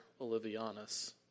Olivianus